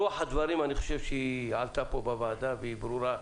אני חושב שרוח הדברים הכללית הובהרה היטב.